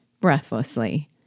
breathlessly